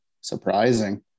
surprising